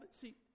see